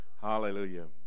Hallelujah